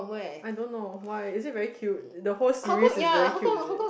I don't know why is it very cute the whole series is very cute is it